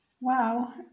Wow